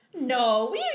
No